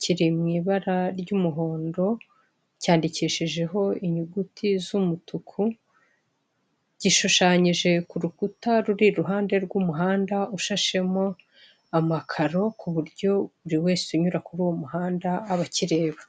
kiri mu ibara ry'umuhondo, cyandikishijeho inyuguti z'umutuku, gishushanyije ku rukuta ruri iruhande rw'umuhanda ushashemo amakaro, ku buryo buri wese unyura kuri uwo muhanda aba akireba.